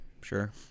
sure